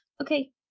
okay